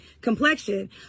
complexion